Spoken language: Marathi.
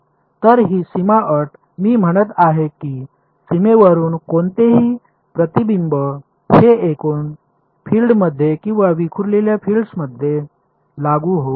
तर ही सीमा अट मी म्हणत आहे की सीमेवरुन कोणतेही प्रतिबिंब हे एकूण फील्डमध्ये किंवा विखुरलेल्या फील्डमध्ये लागू होऊ नये